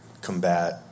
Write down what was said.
combat